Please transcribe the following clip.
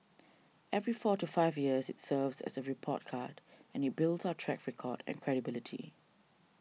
every four to five years it serves as a report card and it builds our track record and credibility